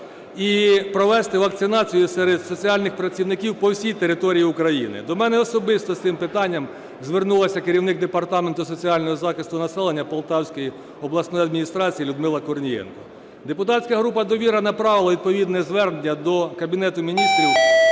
і провести вакцинацію серед соціальних працівників по всій території України. До мене особисто з цим питанням звернулася керівник департаменту соціального захисту населення Полтавської обласної адміністрації Людмила Корнієнко. Депутатська група "Довіра" направила відповідне звернення до Кабінету Міністрів